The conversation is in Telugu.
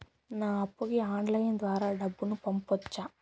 నా అప్పుకి ఆన్లైన్ ద్వారా డబ్బును పంపొచ్చా